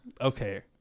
Okay